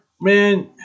man